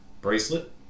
bracelet